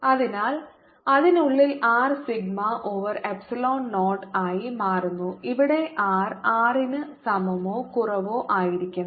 Vr14π04πR2rR20rr≥R അതിനാൽ അതിനുള്ളിൽ R sigma over epsilon ആയി മാറുന്നു ഇവിടെ r R ന് സമമോ കുറവോ ആയിരിക്കും